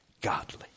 godly